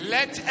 Let